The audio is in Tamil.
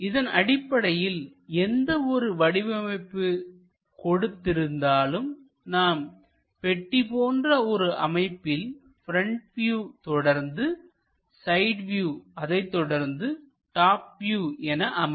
இதன் அடிப்படையில் எந்த ஒரு வடிவமைப்பு கொடுத்து இருந்தாலும் நாம் பெட்டி போன்ற ஒரு அமைப்பில் ப்ரெண்ட் வியூ தொடர்ந்து சைட் வியூ அதைத்தொடர்ந்து டாப் வியூ என அமையும்